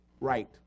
right